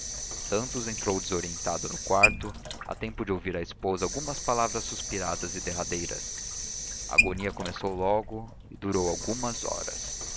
santos entrou desorientado no quarto a tempo de ouvir à esposa algumas palavras suspiradas e derradeiras a agonia começou logo e durou algumas horas